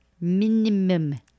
minimum